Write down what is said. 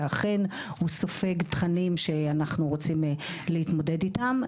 ואכן הוא סופג תכנים שאנחנו רוצים להתמודד איתם.